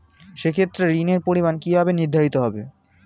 সে ক্ষেত্রে ঋণের পরিমাণ কিভাবে নির্ধারিত হবে?